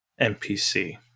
NPC